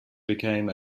became